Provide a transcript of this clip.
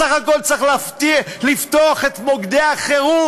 בסך הכול צריך לפתוח את מוקדי החירום.